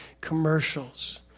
commercials